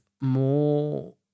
more